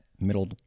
middle